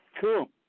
Cool